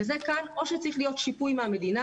וכאן או שצריך להיות שיפוי מהמדינה,